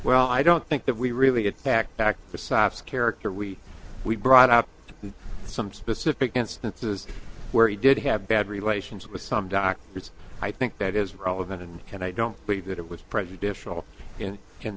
well i don't think that we really get back back besides character we we brought out some specific instances where he did have bad relations with some doctors i think that is relevant and can i don't believe that it was prejudicial in in